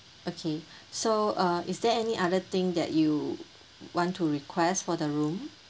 okay so uh is there any other thing that you want to request for the room